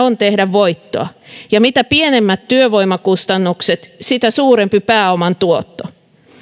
on tehdä voittoa ja mitä pienemmät työvoimakustannukset sitä suurempi pääoman tuotto